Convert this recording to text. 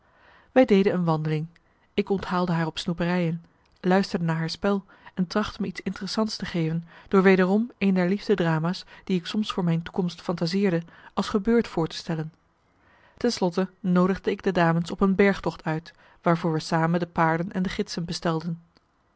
wij deden een wandeling ik onthaalde haar op snoeperijen luisterde naar haar spel en trachtte me iets interessants te geven door wederom een der liefde dramas die ik soms voor mijn toekomst fantaseerde als gebeurd voor te stellen ten slotte noodigde ik de dames op een bergtocht uit waarvoor wij samen de paarden en de gidsen bestelden